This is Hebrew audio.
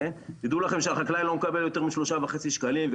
תדעו לכם שהחקלאי לא מקבל יותר משלושה וחצי שקלים,